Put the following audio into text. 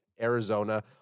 arizona